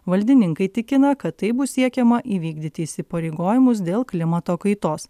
valdininkai tikina kad taip bus siekiama įvykdyti įsipareigojimus dėl klimato kaitos